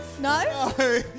No